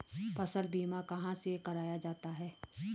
फसल बीमा कहाँ से कराया जाता है?